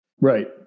right